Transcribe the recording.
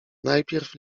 najpierw